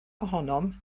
ohonom